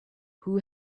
who